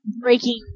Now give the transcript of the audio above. breaking